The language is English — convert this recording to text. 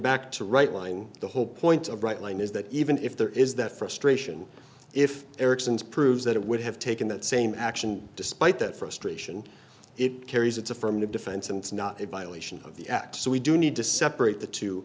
back to right line the whole point of bright line is that even if there is that frustration if eriksson's proves that it would have taken that same action despite that frustration it carries its affirmative defense and it's not a violation of the act so we do need to separate the two